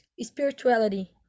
spirituality